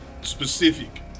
specific